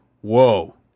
whoa